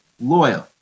loyal